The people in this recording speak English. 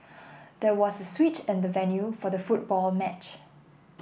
there was a switch in the venue for the football match